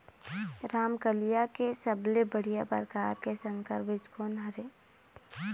रमकलिया के सबले बढ़िया परकार के संकर बीज कोन हर ये?